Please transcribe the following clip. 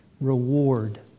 Reward